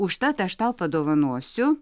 užtat aš tau padovanosiu